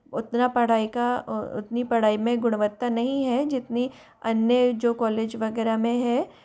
उतना पढ़ाई का उतनी पढ़ाई मे गुणवत्ता नहीं है जितनी अन्य जो कॉलेज वग़ैरह में है